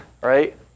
right